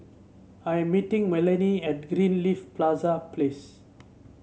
I'm meeting Melanie at Greenleaf place